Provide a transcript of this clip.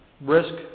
risk